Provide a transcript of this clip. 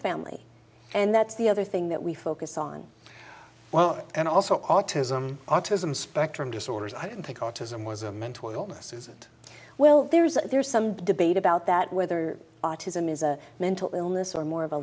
family and that's the other thing that we focus on well and also autism autism spectrum disorders i don't think autism was a mental illness isn't well there's a there's some debate about that whether autism is a mental illness or more of a